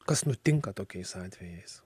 kas nutinka tokiais atvejais